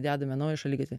dedame naują šaligatvį